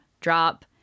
Drop